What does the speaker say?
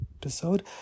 episode